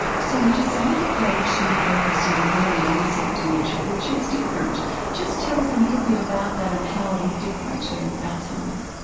so you decided though to focus on early onset dementia, which is different. just tell us a little bit about that and how it is different to alzheimer's.